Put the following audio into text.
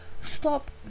Stop